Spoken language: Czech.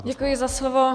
Děkuji za slovo.